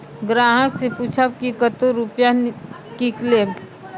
ग्राहक से पूछब की कतो रुपिया किकलेब?